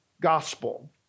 gospel